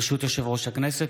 ברשות יושב-ראש הכנסת,